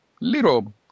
little